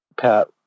Pat